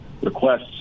requests